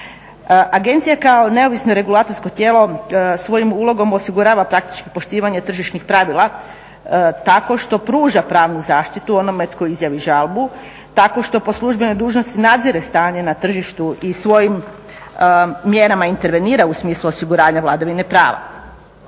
Agencija kao neovisno regulatorsko tijelo svojom ulogom osigurava praktički poštivanje tržišnih pravila tako što pruža pravnu zaštitu onome tko izjavi žalbu, tako što po službenoj dužnosti nadzire stanje na tržištu i svojim mjerama intervenira u smislu osiguranja vladavine prava.